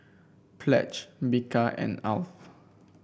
Pledge Bika and Alf